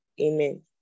Amen